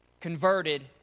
converted